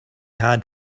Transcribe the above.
had